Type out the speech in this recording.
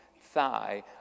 thigh